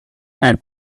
and